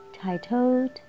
titled